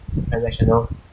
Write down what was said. transactional